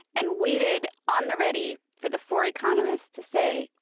and waited on the ready for the four economists to say,